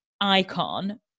icon